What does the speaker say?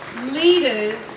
leaders